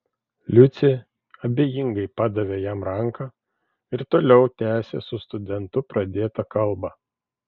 liucė abejingai padavė jam ranką ir toliau tęsė su studentu pradėtą kalbą